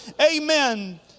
amen